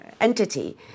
entity